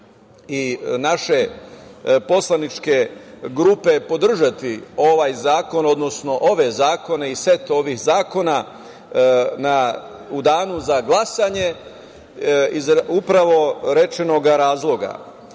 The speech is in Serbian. i naše poslaničke grupe podržati ovaj zakon, odnosno ove zakone i set ovih zakona u danu za glasanje iz upravo rečenog razloga.No,